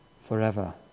forever